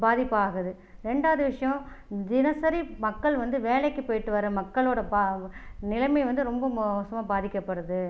பாதிப்பாகுது இரண்டாவது விஷயம் தினசரி மக்கள் வந்து வேலைக்கு போயிட்டு வர மக்களோட நிலைமை வந்து ரொம்ப மோசமாக பாதிக்கப்படுது